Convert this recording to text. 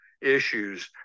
issues